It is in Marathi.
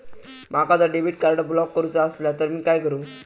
माका जर डेबिट कार्ड ब्लॉक करूचा असला तर मी काय करू?